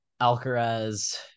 alcaraz